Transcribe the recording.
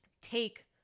Take